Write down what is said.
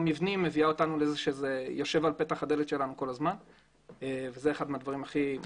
מביאה אותנו לזה שזה יושב בפתח הדלת שלנו כל הזמן וזה הכי משמעותי.